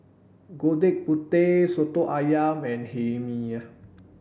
gudeg putih soto ayam and hae mee